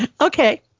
Okay